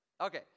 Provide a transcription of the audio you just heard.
Okay